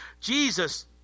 Jesus